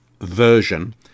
version